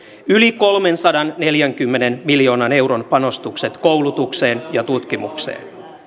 yli kolmensadanneljänkymmenen miljoonan euron panostukset koulutukseen ja tutkimukseen